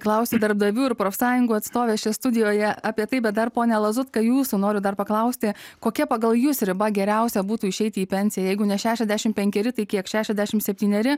klausė darbdavių ir profsąjungų atstovė čia studijoje apie tai bet dar pone lazutka jūsų noriu dar paklausti kokia pagal jus riba geriausia būtų išeiti į pensiją jeigu ne šešiasdešim penkeri tai kiek šešiasdešimt septyneri